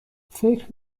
فکر